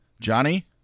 Johnny